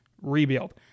rebuild